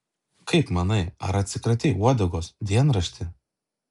kaip manai ar atsikratei uodegos dienrašti